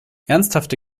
ernsthafte